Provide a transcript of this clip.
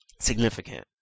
significant